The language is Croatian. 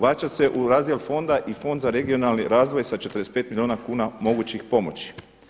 Vraća se u razdjel fonda i Fond za regionalni razvoj sa 45 milijuna kuna mogućih pomoći.